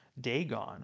Dagon